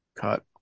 Cut